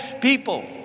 people